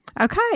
Okay